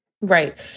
Right